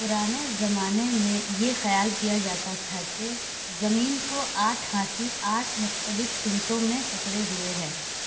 پرانے زمانے میں یہ خیال کیا جاتا تھا کہ زمین کو آٹھ ہاتھی آٹھ مختلف سمتوں میں پکڑے ہوئے ہے